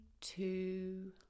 two